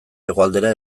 hegoaldera